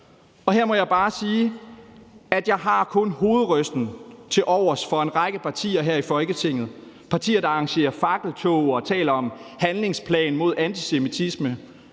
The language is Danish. Og her må jeg bare sige, at jeg kun har hovedrysten tilovers for en række partier her i Folketinget – partier, der arrangerer fakkeltog og taler om handlingsplan mod antisemitisme,